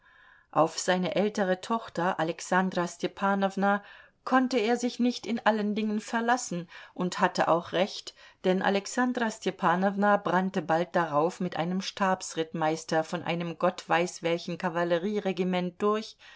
auf seine ältere tochter alexandra stepanowna konnte er sich nicht in allen dingen verlassen und hatte auch recht denn alexandra stepanowna brannte bald darauf mit einem stabsrittmeister von einem gott weiß welchen kavallerieregiment durch